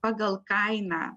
pagal kainą